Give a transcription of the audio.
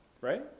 right